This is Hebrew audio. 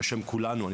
בשם כולנו אני